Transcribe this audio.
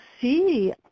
see